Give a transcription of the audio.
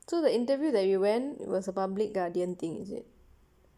so the interview that you went was a public guardian thing is it